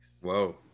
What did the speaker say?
Whoa